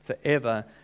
forever